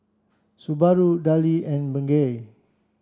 Subaru Darlie and Bengay